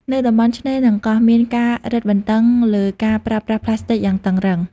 នៅតំបន់ឆ្នេរនិងកោះ មានការរឹតបន្តឹងលើការប្រើប្រាស់ប្លាស្ទិកយ៉ាងតឹងរ៉ឹង។